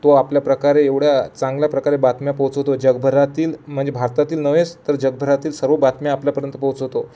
तो आपल्या प्र्रकारे एवढ्या चांगल्या प्रकारे बातम्या पोहोचवतो जगभरातील म्हणजे भारतातील नव्हेच तर जगभरातील सर्व बातम्या आपल्यापर्यंत पोहोचवतो